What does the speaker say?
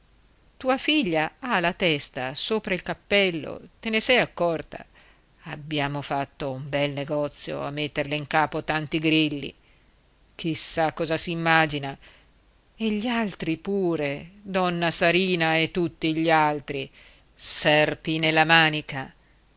tua figlia ha la testa sopra il cappello te ne sei accorta abbiamo fatto un bel negozio a metterle in capo tanti grilli chissà cosa s'immagina e gli altri pure donna sarina e tutti gli altri serpi nella manica